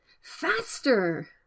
faster